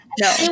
No